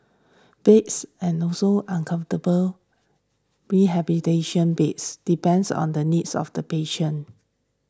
beds and also uncomfortable rehabilitation beds depends on the needs of the patients